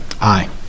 aye